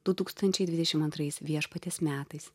du tūkstančiai dvidešim antrais viešpaties metais